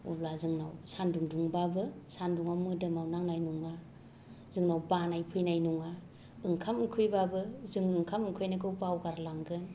अब्ला जोंनाव सानदुं दुंब्लाबो सानदुंआ मोदोमाव नांनाय नङा जोंनाव बानाय फैनाय नङा ओंखाम उखैब्लाबो जों ओंखाम उखैनायखौ बावगार लांगोन